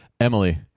Emily